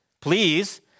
please